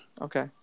Okay